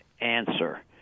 answer